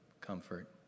Comfort